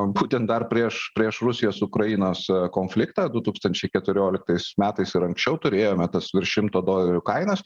būtent dar prieš prieš rusijos ukrainos konfliktą du tūkstančiai keturioliktais metais ir anksčiau turėjome tas virš šimto dolerių kainas